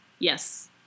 Yes